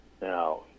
now